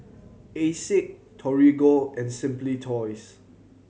Asics Torigo and Simply Toys